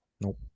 Nope